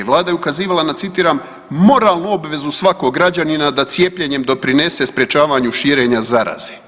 Vlada je ukazivala na citiram moralnu obvezu svakog građanina da cijepljenjem doprinese sprječavanju širenja zaraze.